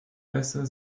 besser